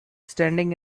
standing